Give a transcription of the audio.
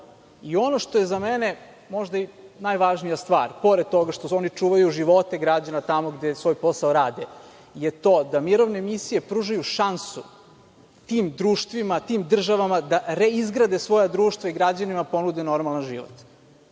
Ono što je za mene možda i najvažnija stvar, pored toga što oni čuvaju živote građana tamo gde svoj posao rade je to da mirovne misije pružaju šansu tim društvima, tim državama da reizgrade svoja društva i građanima ponude normalan život.